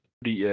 Fordi